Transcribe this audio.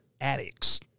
addicts